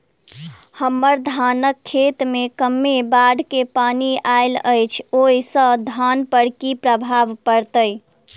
हम्मर धानक खेत मे कमे बाढ़ केँ पानि आइल अछि, ओय सँ धान पर की प्रभाव पड़तै?